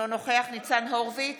נגד ניצן הורוביץ,